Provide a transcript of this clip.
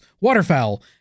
waterfowl